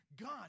God